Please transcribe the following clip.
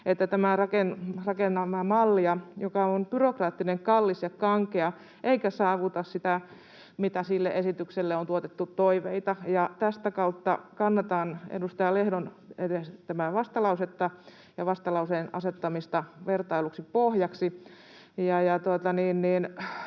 että rakennamme mallia, joka on byrokraattinen, kallis ja kankea eikä saavuta sitä, mitä toiveita sille esitykselle on tuotettu. Tästä kautta kannatan edustaja Lehdon esittämää vastalausetta ja vastalauseen asettamista vertailluksi pohjaksi.